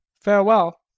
Farewell